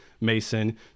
Mason